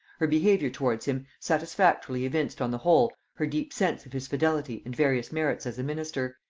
her behaviour towards him satisfactorily evinced on the whole her deep sense of his fidelity and various merits as a minister,